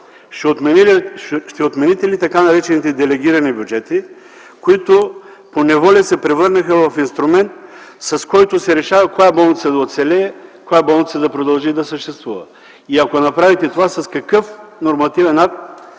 ще отмените ли така наречените делегирани бюджети, които по неволя се превърнаха в инструмент, с който се решава коя болница да оцелее и коя да продължи да съществува? И ако направите това, с какъв нормативен акт,